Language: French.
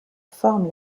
forme